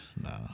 No